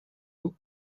vous